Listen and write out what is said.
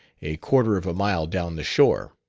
a quarter of a mile down the shore.